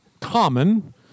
common